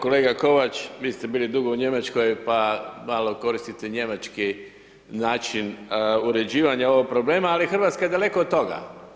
Kolega Kovač, vi ste bili dugo u Njemačkoj pa malo koristite njemački način uređivanja ovog problema ali Hrvatska je daleko od toga.